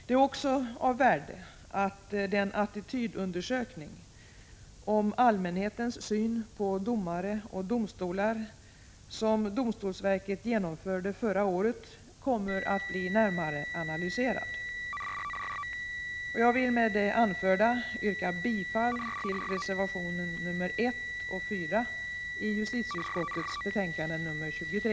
Det är också av värde att den attitydundersökning om allmänhetens syn på domare och domstolar som domstolsverket genomförde förra året kommer att bli närmare analyserad. Jag vill med det anförda yrka bifall till reservationerna nr 1 och 4 i justitieutskottets betänkande nr 23.